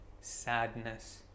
sadness